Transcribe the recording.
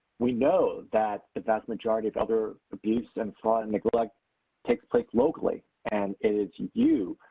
we know that the vast majority of elder abuse and fraud and neglect takes place locally and it's and you,